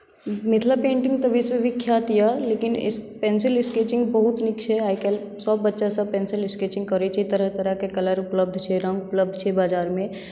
Mithila painting तऽ विश्वविख्यात अहि लेकिन पेन्सिल स्केचिंग बहुत नीक छै आइ काल्हि सभ बच्चा सभ पेन्सिल स्केचिंग करै छै तरह तरहके कलर उपलब्ध छै रङ्ग उपलब्ध छै बाजारमे